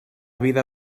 vida